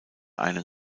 einen